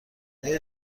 آیا